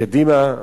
מקדימה,